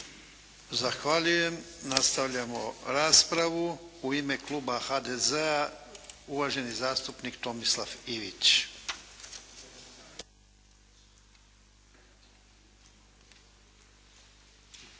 Zahvaljujem. Nastavljamo raspravu. U ime kluba HDZ-a uvaženi zastupnik Tomislav Ivić.